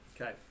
Okay